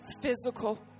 physical